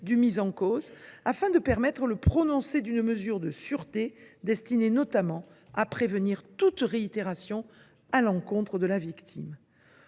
du mis en cause, afin de permettre le prononcé d’une mesure de sûreté, destinée notamment à prévenir toute réitération à l’encontre de la victime.